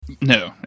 No